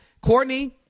Courtney